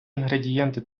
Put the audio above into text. інгредієнти